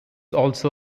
also